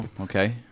Okay